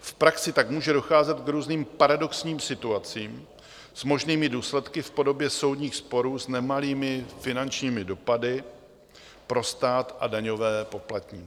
V praxi tak může docházet k různým paradoxním situacím s možnými důsledky v podobě soudních sporů s nemalými finančními dopady pro stát a daňové poplatníky.